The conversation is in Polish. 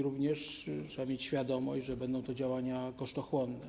Również trzeba mieć świadomość, że będą to działania kosztochłonne.